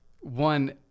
One